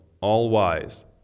all-wise